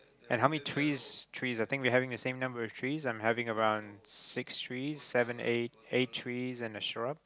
and how many trees trees I think we are having the same number of trees I'm having around six trees seven eight eight trees and a shrub